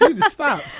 Stop